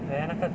there 那个